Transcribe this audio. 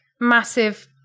massive